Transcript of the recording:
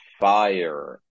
fire